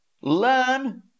learn